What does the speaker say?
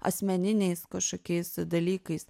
asmeniniais kažkokiais dalykais